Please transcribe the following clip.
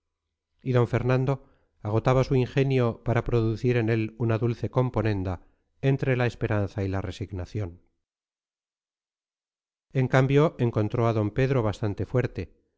d fernando agotaba su ingenio para producir en él una dulce componenda entre la esperanza y la resignación en cambio encontró a d pedro bastante fuerte